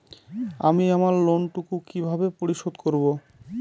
আমি আমার লোন টুকু কিভাবে পরিশোধ করব?